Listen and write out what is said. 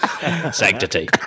Sanctity